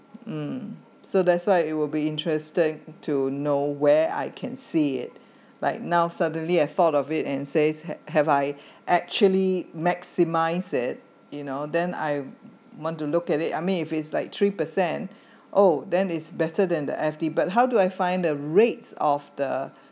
mm so that's why it will be interested to know where I can see it like now suddenly I thought of it and says have have I actually maximize it you know then I want to look at it I mean if it's like three percent oh then is better than the F_D but how do I find the rates of the